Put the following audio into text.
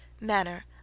manner